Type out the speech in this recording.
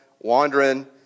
wandering